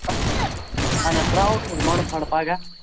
اَہَن حظ ترٛاوس حظ مۅنٛڈٕ فَنٛڈ پگاہ